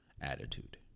attitude